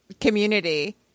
community